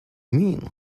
mean